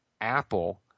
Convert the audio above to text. Apple